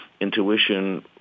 intuition